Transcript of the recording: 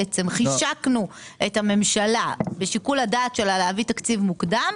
חישקנו את הממשלה בשיקול הדעת שלה להביא תקציב מוקדם,